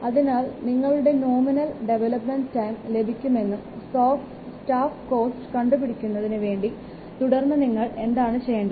അതിനാൽ നിങ്ങൾക്കു nominal development time ലഭിക്കുമെന്നും സ്റ്റാഫ് കോസ്റ്റ് കണ്ടുപിടിക്കുന്നതിന് വേണ്ടി തുടർന്നു നിങ്ങൾ എന്താണ് ചെയ്യേണ്ടത്